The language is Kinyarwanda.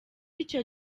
icyo